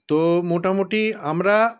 তো মোটামুটি আমরা